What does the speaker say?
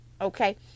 okay